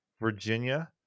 Virginia